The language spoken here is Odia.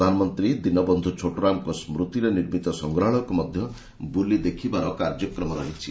ପ୍ରଧାନମନ୍ତ୍ରୀ ଦୀନବନ୍ଧୁ ଛୋଟୁରାମଙ୍କ ସ୍ମୁତିରେ ନିର୍ମିତ ସଂଗ୍ରହାଳୟକୁ ମଧ୍ୟ ବୁଲି ଦେଖିବାର କାର୍ଯ୍ୟକ୍ରମ ରହିଛି